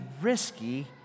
risky